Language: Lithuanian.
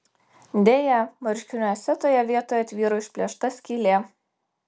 deja marškiniuose toje vietoj tvyro išplėšta skylė